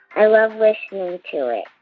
i love listening to it.